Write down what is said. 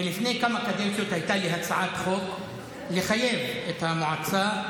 לפני כמה קדנציות הייתה לי הצעת חוק לחייב את המועצה,